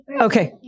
okay